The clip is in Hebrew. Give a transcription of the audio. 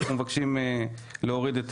אנחנו מבקשים להוריד את